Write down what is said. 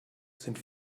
sind